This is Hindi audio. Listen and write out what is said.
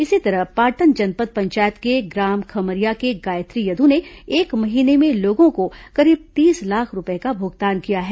इसी तरह पाटन जनपद पंचायत के ग्राम खम्हरिया के गायत्री यदू ने एक महीने में लोगों को करीब तीस लाख रूपए का भुगतान किया है